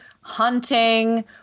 hunting